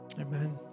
Amen